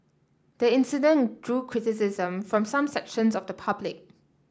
the incident drew criticism from some sections of the public